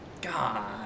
God